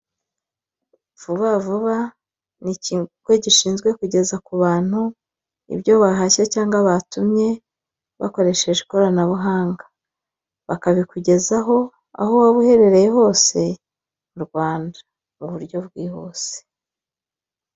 Vubavuba ni ikigo gishinzwe kugeza ku bantu ibyo bahashye cyangwa batumye bakoresheje ikoranabuhanga bakabikugezaho aho waba uherereye hose mu Rwanda mu buryo bwihuse.